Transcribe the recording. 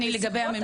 אין מחלוקת.